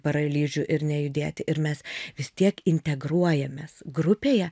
paralyžių ir nejudėti ir mes vis tiek integruojamės grupėje